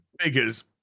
figures